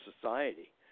society